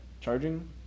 charging